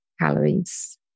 calories